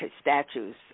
statues